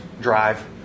drive